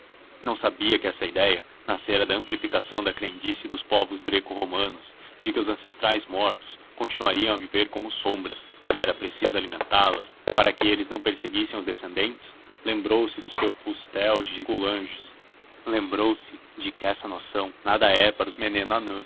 não sabia que essa idéia nascera da amplificação da crendice dos povos greco romanos de que os ancestrais mortos continuariam a viver como sombras e era preciso alimentá las para que eles não perseguissem os descendentes lembrou-se do seu fustel de coulanges lembrou-se de que essa noção nada é para a